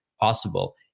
possible